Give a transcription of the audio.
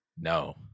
No